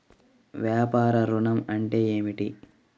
వ్యాపార ఋణం అంటే ఏమిటి?